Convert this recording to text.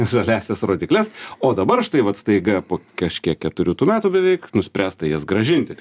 žaliąsias rodykles o dabar štai vat staiga po kažkiek keturių tų metų beveik nuspręsta jas grąžinti